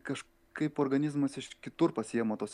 kažkaip organizmas iš kitur pasiima tos